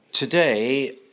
Today